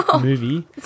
movie